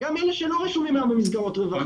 גם אלה שלא רשומים במסגרות הרווחה.